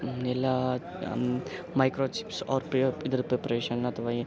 ಎಲ್ಲ micro chips ಔರ್ ಪ್ರೀಆಪ್ ಇದರ ಪ್ರಿಪ್ರೇಷನ್ ಅಥವಾ